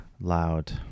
loud